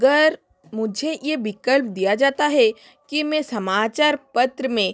अगर मुझे ये विकल्प दिया जाता है कि मैं समाचार पत्र में